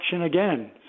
again